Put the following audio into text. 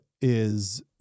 is-